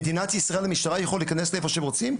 במדינת ישראל המשטרה יכולים להיכנס לאיפה שהם רוצים,